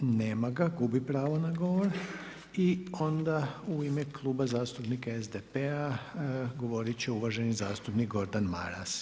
Nema ga, gubi pravo na govor i onda u ime Kluba zastupnika SDP-a govorit će uvaženi zastupnik Gordan Maras.